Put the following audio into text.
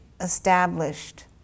established